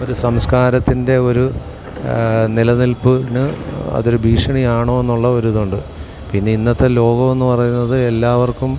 ഒരു സംസ്കാരത്തിൻ്റെ ഒരു നിലനിൽപ്പെന്ന് അതൊരു ഭീഷണിയാണോ എന്നുള്ള ഒരു ഇതുണ്ട് പിന്നെ ഇന്നത്തെ ലോകമെന്ന് പറയുന്നത് എല്ലാവർക്കും